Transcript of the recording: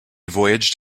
voyaged